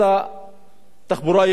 אנחנו לא רואים הסברה בנושא.